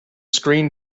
screen